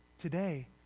Today